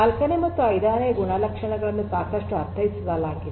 ನಾಲ್ಕನೇ ಮತ್ತು ಐದನೇ ಗುಣಲಕ್ಷಣಗಳನ್ನು ಸಾಕಷ್ಟು ಅರ್ಥೈಸಲಾಗಿದೆ